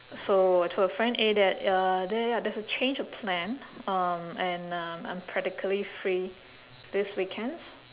so I told a friend eh that uh there ya there's a change of plan um and I'm practically free this weekends